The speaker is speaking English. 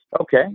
Okay